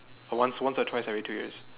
or once once or twice every two years